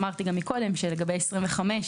לגבי סעיף 25,